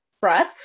breath